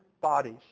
bodies